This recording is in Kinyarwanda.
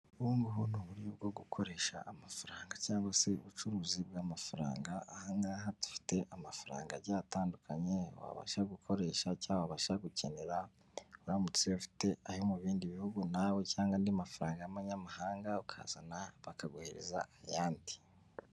Ubu ngubu ni uburyo bwo gukoresha amafaranga cyangwa se ubucuruzi bw'amafaranga, aha ngaha dufite amafaranga agiye atandukanye wabasha gukoresha cyangwa wabasha gukenera, uramutse ufite ayo mu bindi bihugu nawe cyangwa andi mafaranga y'abanyamahanga ukazana bakaguhereza ayandi.